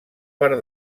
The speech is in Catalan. per